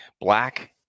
BLACK